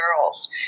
girls